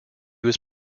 was